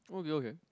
okay okay